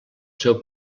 seu